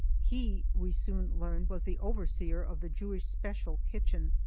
he we soon learned, was the overseer of the jewish special kitchen,